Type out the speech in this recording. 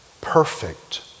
perfect